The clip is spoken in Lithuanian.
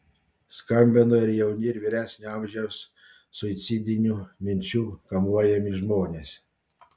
skambino ir jauni ir vyresnio amžiaus suicidinių minčių kamuojami žmonės